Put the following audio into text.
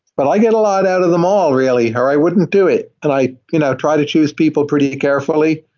but i get a lot out of them all really, or i wouldn't do it. and i you know try to choose people pretty carefully.